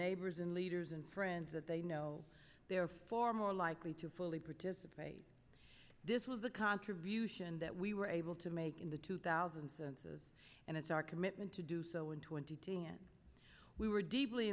neighbors and leaders and friends that they know they are far more likely to fully participate this was the contribution that we were able to make in the two thousand census and it's our commitment to do so in twenty t n we were deeply